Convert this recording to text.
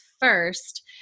first